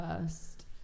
first